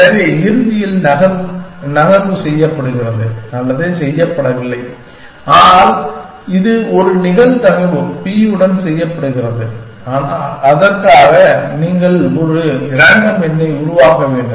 எனவே இறுதியில் நகர்வு செய்யப்படுகிறது அல்லது செய்யப்படவில்லை ஆனால் இது ஒரு நிகழ்தகவு p உடன் செய்யப்படுகிறது அதற்காக நீங்கள் ஒரு ரேண்டம் எண்ணை உருவாக்க வேண்டும்